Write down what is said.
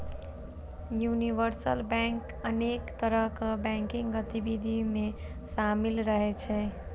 universal bank अनेक तरहक banking गतिविधि मे शामिल रहै छै